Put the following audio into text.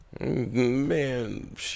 Man